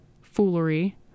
foolery